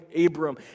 Abram